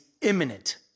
imminent